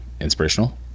inspirational